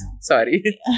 Sorry